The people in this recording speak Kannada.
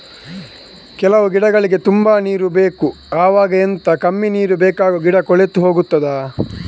ಕೆಲವು ಗಿಡಗಳಿಗೆ ತುಂಬಾ ನೀರು ಬೇಕು ಅವಾಗ ಎಂತ, ಕಮ್ಮಿ ನೀರು ಬೇಕಾಗುವ ಗಿಡ ಕೊಳೆತು ಹೋಗುತ್ತದಾ?